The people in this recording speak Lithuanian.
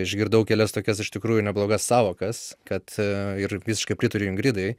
išgirdau kelias tokias iš tikrųjų neblogas sąvokas kad ir visiškai pritariu ingridai